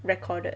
recorded